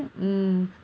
ya